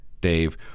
Dave